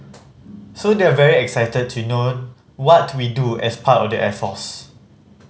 so they're very excited to know what we do as part of the air force